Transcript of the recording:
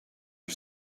her